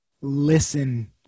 listen